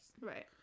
Right